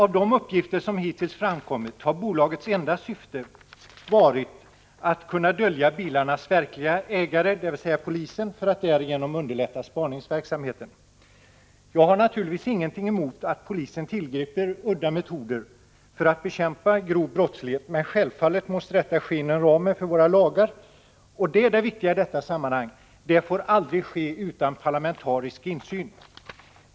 Enligt de uppgifter som hittills framkommit har dock bolagets enda syfte varit att dölja bilarnas verkliga ägare, dvs. polisen, för att därigenom underlätta spaningsverksamheten. Jag har naturligtvis ingenting emot att polisen tillgriper udda metoder för att bekämpa grov brottslighet, men självfallet måste detta ske inom ramen för våra lagar och — det är det viktiga i detta sammanhang — det får aldrig ske utan parlamentarisk insyn.